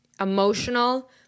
Emotional